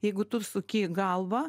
jeigu tu suki galvą